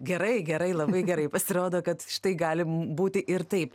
gerai gerai labai gerai pasirodo kad štai galim būti ir taip